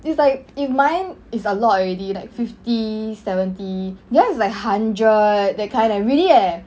if like if mine is a lot already like fifty seventy their's like hundred that kind leh really leh